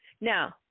Now